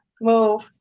move